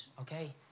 okay